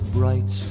bright